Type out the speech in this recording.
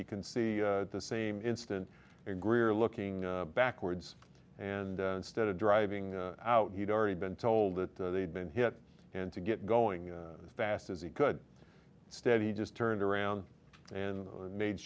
you can see the same instant greer looking backwards and instead of driving out he'd already been told it had been hit and to get going as fast as he could stead he just turned around and made